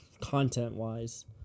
content-wise